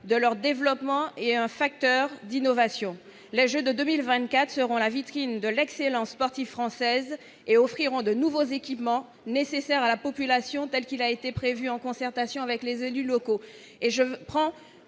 de leur développement est un facteur d'innovation, les Jeux de 2024 seront la vitrine de l'excellence sportive française et offriront de nouveaux équipements nécessaires à la population tels qu'il a été prévu en concertation avec les élus locaux